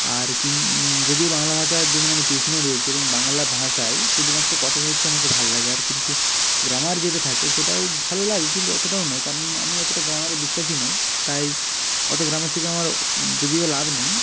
আর কিন যদিও বাংলা ভাষার জন্য আমি টিউশনও লিয়েছি এবং বাংলা ভাষায় শুধুমাত্র কথা সাহিত্য আমাকে ভাল লাগে আর কিন্তু গ্রামার যেটা থাকে সেটাও ভালো লাগে কিন্তু অতোটাও নয় কারণ আমি অতোটা গ্রামারে বিশ্বাসী নই তাই অতো গ্রামার শিখে আমার যদিও লাভ নেই